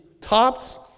tops